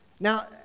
Now